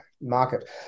market